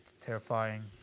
terrifying